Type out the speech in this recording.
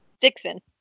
Dixon